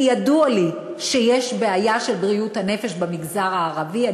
כי ידוע לי שיש בעיה של בריאות הנפש במגזר הערבי.